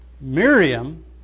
Miriam